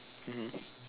mmhmm